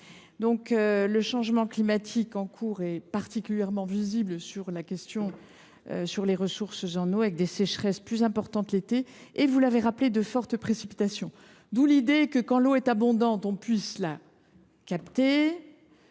du changement climatique en cours sont particulièrement visibles sur nos ressources en eau, avec des sécheresses plus importantes l’été et, vous l’avez également souligné, de fortes précipitations. D’où l’idée que, quand l’eau est abondante, on puisse la capter,